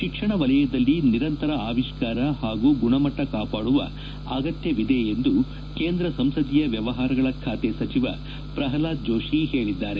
ಶಿಕ್ಷಣ ವಲಯದಲ್ಲಿ ನಿರಂತರ ಆವಿಷ್ಕಾರ ಹಾಗೂ ಗುಣಮಟ್ಟ ಅಗತ್ಯವಿದೆ ಎಂದು ಕೇಂದ್ರ ಸಂಸದೀಯ ವ್ಯವಹಾರಗಳ ಖಾತೆ ಸಚಿವ ಪ್ರಲ್ನಾದ್ ಜೋಷಿ ಹೇಳಿದ್ದಾರೆ